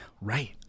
right